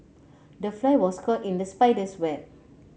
the fly was caught in the spider's web